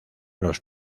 los